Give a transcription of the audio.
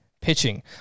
pitching